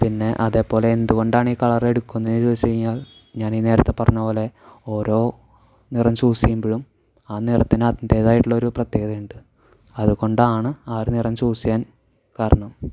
പിന്നെ അതേപോലെ എന്തുകൊണ്ടാണ് ഈ കളർ എടുക്കുന്നത് ചോദിച്ചുകഴിഞ്ഞാൽ ഞാൻ ഈ നേരത്ത് പറഞ്ഞതുപോലെ ഓരോ നിറം ചൂസ് ചെയ്യുമ്പോഴും ആ നിറത്തിന് അതിൻറേതായിട്ടുള്ള ഒരു പ്രത്യേകത ഉണ്ട് അതുകൊണ്ടാണ് ആ ഒരു നിറം ചൂസ് ചെയ്യാൻ കാരണം